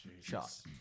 Shot